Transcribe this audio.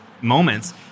moments